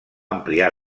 ampliar